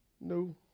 no